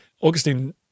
Augustine